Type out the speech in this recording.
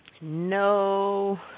no